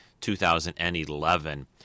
2011